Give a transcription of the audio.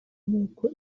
nk’uko